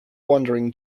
wandering